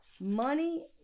Money